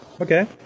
Okay